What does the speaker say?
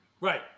Right